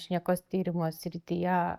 šnekos tyrimo srityje